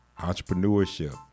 Entrepreneurship